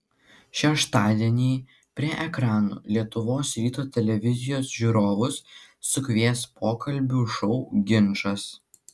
šeštadienį prie ekranų lietuvos ryto televizijos žiūrovus sukvies pokalbių šou ginčas